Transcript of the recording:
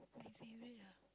my favourite ah